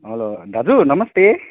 हलो दाजु नमस्ते